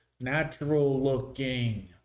Natural-looking